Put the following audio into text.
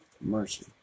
mercy